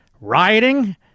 Rioting